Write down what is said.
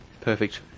Perfect